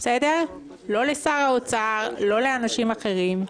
לא לשר האוצר, לא לאנשים אחרים.